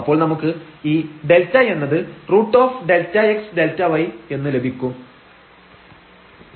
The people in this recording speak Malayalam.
അപ്പോൾ നമുക്ക് ഈ Δ എന്നത് √ΔxΔy എന്ന് ലഭിക്കും ty fxy█√xy xy≥00 elsewhere